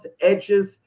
edges